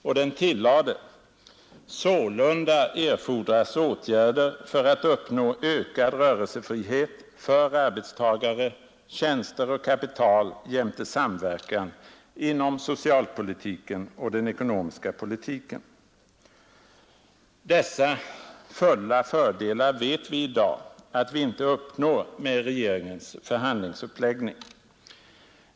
Regeringen tillade: ”Sålunda erfordras åtgärder för att uppnå ökad rörelsefrihet för arbetstagare, tjänster och kapital jämte samverkan inom socialpolitiken och den ekonomiska politiken.” Dessa fulla fördelar vet vi i dag att vi inte uppnår med regeringens förhandlingsuppläggning.